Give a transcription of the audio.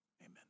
Amen